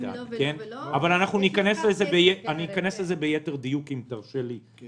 אבל אני אכנס לזה ביתר דיוק בהמשך.